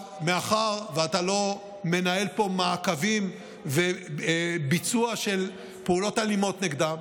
מאחר שאתה לא מנהל פה מעקבים וביצוע של פעולות אלימות נגדם,